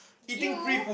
you